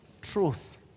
Truth